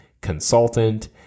consultant